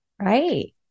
Right